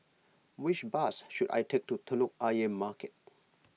which bus should I take to Telok Ayer Market